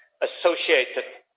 associated